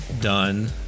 done